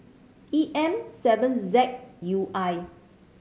E M seven Z U I